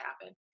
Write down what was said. happen